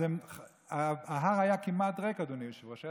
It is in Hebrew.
אז ההר היה כמעט ריק, אדוני היושב-ראש.